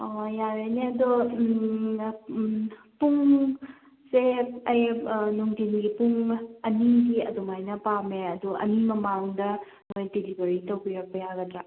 ꯑꯣ ꯌꯥꯔꯦꯅꯦ ꯑꯗꯣ ꯄꯨꯡꯁꯦ ꯑꯩ ꯅꯨꯡꯊꯤꯟꯒꯤ ꯄꯨꯡ ꯑꯅꯤꯒꯤ ꯑꯗꯨꯃꯥꯏꯅ ꯄꯥꯝꯃꯦ ꯑꯗꯣ ꯑꯅꯤ ꯃꯃꯥꯡꯗ ꯅꯣꯏ ꯗꯦꯂꯤꯚꯔꯤ ꯇꯧꯕꯤꯔꯛꯄ ꯌꯥꯒꯗ꯭ꯔꯥ